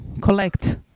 collect